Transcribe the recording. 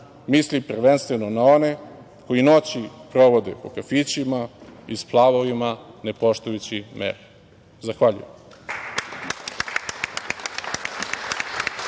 mislim prvenstveno na one koji noći provode po kafićima i splavovima, ne poštujući mere. Zahvaljujem.